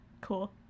cool